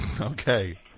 Okay